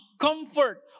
comfort